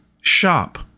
shop